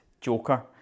joker